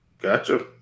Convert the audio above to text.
Gotcha